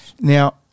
Now